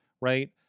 right